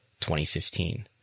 2015